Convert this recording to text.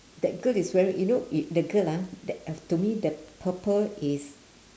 that girl is wearing you know it the girl ah that uh to me that purple is